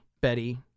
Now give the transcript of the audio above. Betty